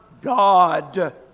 God